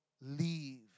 leave